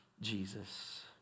Jesus